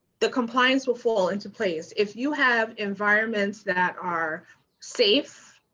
the compliance will fall into place. if you have environments that are safe,